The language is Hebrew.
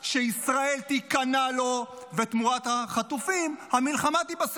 אז מה יחיא יעשה כשאומרים לו "כל מחיר"?